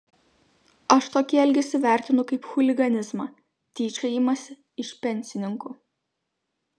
aš tokį elgesį vertinu kaip chuliganizmą tyčiojimąsi iš pensininkų